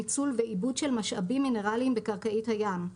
ניצול ועיבוד של משאבים מינרליים בקרקעית הים,